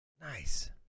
Nice